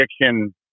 addiction